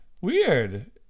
Weird